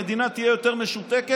המדינה תהיה יותר משותקת,